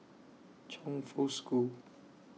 Chongfu School